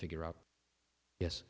figure out yes